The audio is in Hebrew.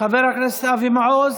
חבר הכנסת אבי מעוז.